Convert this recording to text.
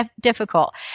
difficult